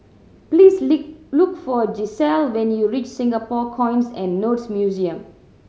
please look for Gisele when you reach Singapore Coins and Notes Museum